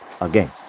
again